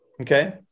Okay